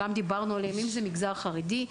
המגזר החרדי,